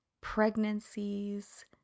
pregnancies